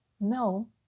No